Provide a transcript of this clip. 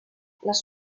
les